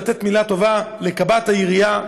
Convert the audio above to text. לתת מילה טובה לקב"ט העירייה,